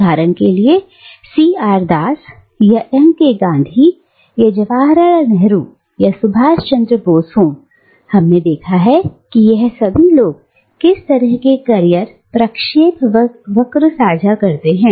उदाहरण के लिए सी आर दास या एम गांधी या जवाहरलाल नेहरू या सुभाष चंद्र बोस हो हमने देखा है कि यह सभी लोग किस तरह के कैरियर प्रक्षेप वक्र साझा करते हैं